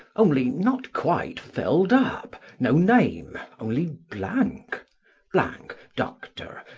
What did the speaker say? only not quite filled up, no name, only blank blank, dr.